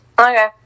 okay